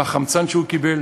עם החמצן שהוא קיבל,